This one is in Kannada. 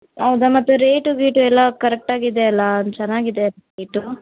ಹೌದಾ ಮತ್ತೆ ರೇಟೂ ಗೀಟೂ ಎಲ್ಲ ಕರೆಕ್ಟ್ ಆಗಿದೆಯಲ್ಲ ಚೆನ್ನಾಗಿದೆಯ ರೇಟೂ